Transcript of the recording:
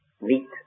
meat